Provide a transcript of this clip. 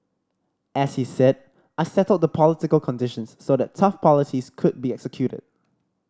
as he said I settled the political conditions so that tough policies could be executed